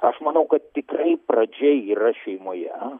aš manau kad tikrai pradžia yra šeimoje